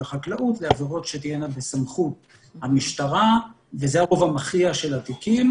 החקלאות ועבירות שתהיינה בסמכות המשטרה וזה הרוב המכריע של התיקים,